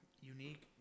Unique